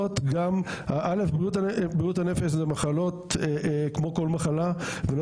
בריאות הנפש זה מחלות כמו כל מחלה ולא